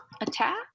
Attack